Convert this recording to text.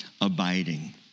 abiding